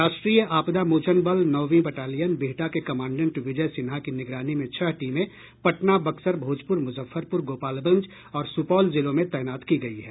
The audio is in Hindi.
राष्ट्रीय आपदा मोचन बल नौवीं बटालियन बिहटा के कमांडेंट विजय सिन्हा की निगरानी में छह टीमें पटना बक्सर भोजपुर मुजफ्फरपुर गोपालगंज और सुपौल जिलों में तैनात की गयी है